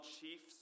chiefs